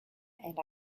and